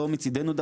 לא מצידנו,